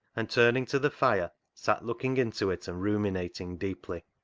and turning to the fire sat looking into it and ruminating deeply.